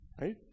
right